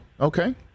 Okay